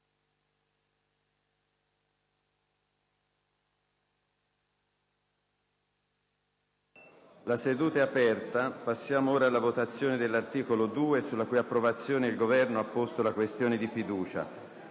una nuova finestra"). Passiamo ora alla votazione dell'articolo 1, sulla cui approvazione il Governo ha posto la questione di fiducia.